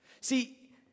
See